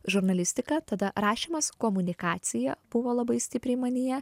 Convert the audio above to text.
žurnalistika tada rašymas komunikacija buvo labai stipriai manyje